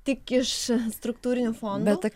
tik iš struktūrinių fondų